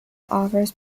offers